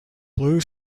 blue